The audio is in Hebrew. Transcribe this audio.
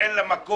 שאין לה מקום.